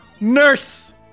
Nurse